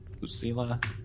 Lucila